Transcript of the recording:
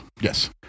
Yes